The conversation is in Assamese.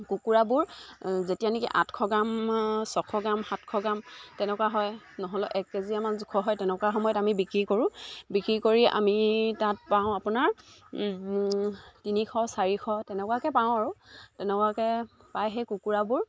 কুকুৰাবোৰ যেতিয়া নেকি আঠশ গ্ৰাম ছশ গ্ৰাম সাতশ গ্ৰাম তেনেকুৱা হয় নহ'লেও এক কেজি আমাৰ জোখৰ হয় তেনেকুৱা সময়ত আমি বিক্ৰী কৰোঁ বিক্ৰী কৰি আমি তাত পাওঁ আপোনাৰ তিনিশ চাৰিশ তেনেকুৱাকৈ পাওঁ আৰু তেনেকুৱাকৈ পাই সেই কুকুৰাবোৰ